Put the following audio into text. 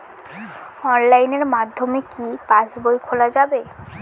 অনলাইনের মাধ্যমে কি পাসবই খোলা যাবে?